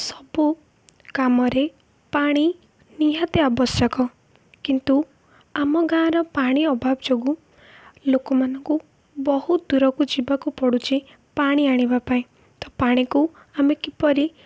ସବୁ କାମରେ ପାଣି ନିହାତି ଆବଶ୍ୟକ କିନ୍ତୁ ଆମ ଗାଁ'ର ପାଣି ଅଭାବ ଯୋଗୁଁ ଲୋକମାନଙ୍କୁ ବହୁତ ଦୂରକୁ ଯିବାକୁ ପଡ଼ୁଛି ପାଣି ଆଣିବା ପାଇଁ ତ ପାଣିକୁ ଆମେ କିପରି